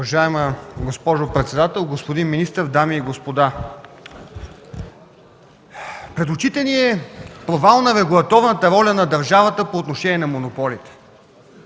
Уважаема госпожо председател, господин министър, дами и господа! Пред очите ни е провал на регулаторната роля на държавата по отношение на монополите!